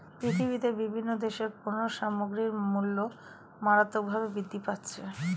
পৃথিবীতে বিভিন্ন দেশের পণ্য সামগ্রীর মূল্য মারাত্মকভাবে বৃদ্ধি পাচ্ছে